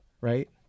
Right